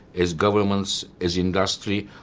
as governments, as industry,